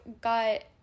got